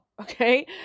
Okay